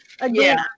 Again